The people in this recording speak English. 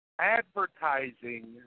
advertising